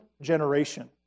generation